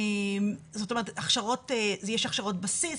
זאת אומרת יש הכשרות בסיס,